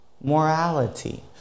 morality